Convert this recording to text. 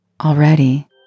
already